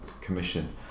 commission